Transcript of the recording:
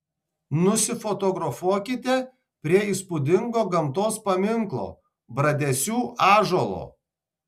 nusifotografuokite prie įspūdingo gamtos paminklo bradesių ąžuolo